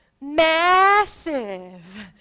massive